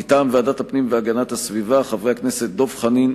מטעם ועדת הפנים והגנת הסביבה: חברי הכנסת דב חנין,